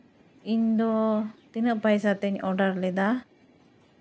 ᱤᱧᱫᱚ ᱛᱤᱱᱟᱹᱜ ᱯᱚᱭᱥᱟ ᱛᱤᱧ ᱚᱰᱟᱨ ᱞᱮᱫᱟ